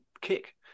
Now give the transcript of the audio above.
kick